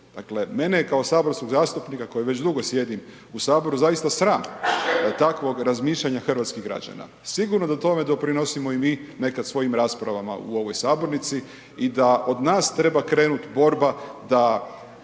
mene je kao saborskog zastupnika koji već dugo sjedim u Saboru zaista sram da je takvo razmišljanje hrvatskih građana. Sigurno da tome doprinosimo i mi nekad svojim raspravama u ovoj sabornici i da od nas treba krenuti borba da